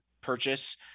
purchase